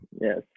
Yes